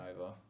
over